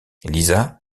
lisa